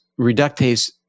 reductase